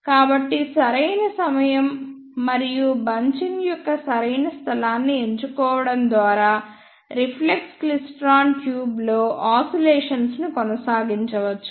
కాబట్టి సరైన సమయం మరియు బంచింగ్ యొక్క సరైన స్థలాన్ని ఎంచుకోవడం ద్వారా రిఫ్లెక్స్ క్లైస్ట్రాన్ ట్యూబ్లో ఓసిలేషన్స్ ను కొనసాగించవచ్చు